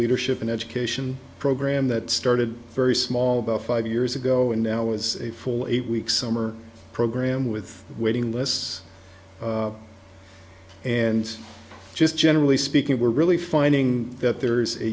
leadership and education program that started very small about five years ago and now was a full eight week summer program with waiting lists and just generally speaking we're really finding that there is a